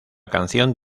canción